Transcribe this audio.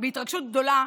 בהתרגשות גדולה,